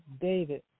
David